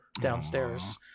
downstairs